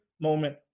moment